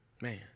Man